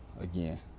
again